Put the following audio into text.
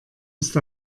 ist